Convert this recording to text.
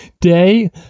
day